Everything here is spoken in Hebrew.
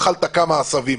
אכלת כמה עשבים.